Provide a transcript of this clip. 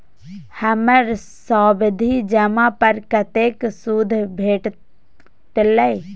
हमर सावधि जमा पर कतेक सूद भेटलै?